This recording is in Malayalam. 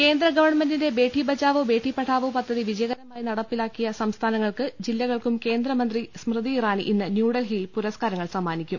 കേന്ദ്ര ഗവൺമെന്റിന്റെ ബേഠി ബചാവോ ബേഠി പഠാവോ പദ്ധതി വിജയകരമായി നടപ്പിലാക്കിയ സംസ്ഥാനങ്ങൾക്കും ജില്ലകൾക്കും കേന്ദ്രമന്ത്രി സ്മൃതി ഇറാനി ഇന്ന് ന്യൂഡൽഹിയിൽപുരസ്കാരങ്ങൾ സമ്മാനിക്കും